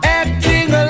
acting